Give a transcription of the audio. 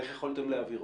העברנו.